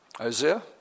Isaiah